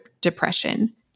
depression